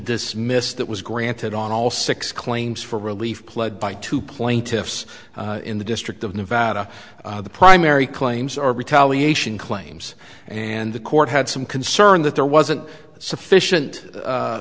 dismiss that was granted on all six claims for relief pled by two plaintiffs in the district of nevada the primary claims are retaliation claims and the court had some concern that there wasn't sufficient